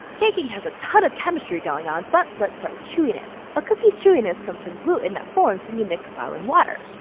baking has a ton of chemistry going on, but let's start with chewiness. a cookie's chewiness comes from gluten that forms when you mix flour and water.